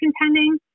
contending